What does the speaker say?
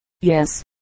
yes